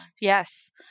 Yes